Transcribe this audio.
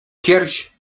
pierś